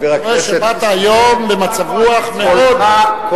אדוני, באת היום במצב רוח מאוד יצירתי.